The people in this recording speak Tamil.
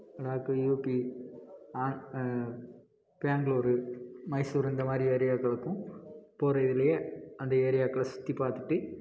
லடாக்கு யுபி பெங்களூரு மைசூர் இந்த மாதிரி ஏரியாக்களுக்கும் போகிற இதுலேயே அந்த ஏரியாக்களை சுற்றி பார்த்துட்டு